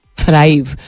thrive